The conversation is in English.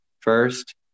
first